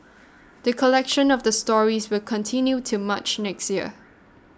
the collection of the stories will continue till March next year